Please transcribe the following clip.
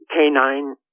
canine